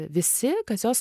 visi kas juos